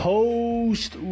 Post